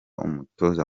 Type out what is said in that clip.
umutoza